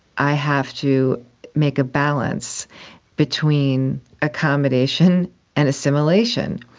i have to make a balance between accommodation and assimilation,